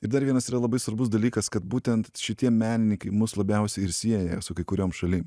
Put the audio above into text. ir dar vienas yra labai svarbus dalykas kad būtent šitie menininkai mus labiausiai ir sieja su kai kuriom šalim